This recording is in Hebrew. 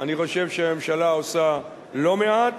אני חושב שהממשלה עושה לא מעט,